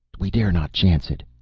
we dare not chance it,